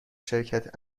شرکت